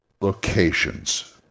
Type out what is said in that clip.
Locations